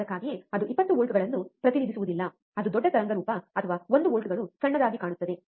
ಅದಕ್ಕಾಗಿಯೇ ಅದು 20 ವೋಲ್ಟ್ಗಳನ್ನು ಪ್ರತಿನಿಧಿಸುವುದಿಲ್ಲ ಅದು ದೊಡ್ಡ ತರಂಗರೂಪ ಅಥವಾ ಒಂದು ವೋಲ್ಟ್ಗಳು ಸಣ್ಣದಾಗಿ ಕಾಣುತ್ತದೆ